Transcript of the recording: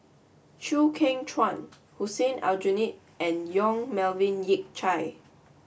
Chew Kheng Chuan Hussein Aljunied and Yong Melvin Yik Chye